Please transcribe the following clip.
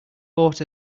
bought